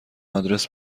آدرس